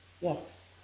Yes